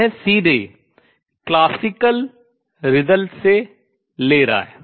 यह सीधे classical result शास्त्रीय परिणाम से ले रहा है